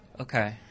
Okay